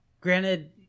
granted